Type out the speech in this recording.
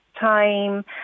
time